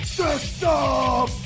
system